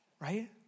Right